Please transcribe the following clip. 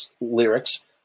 lyrics